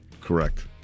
Correct